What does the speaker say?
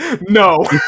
no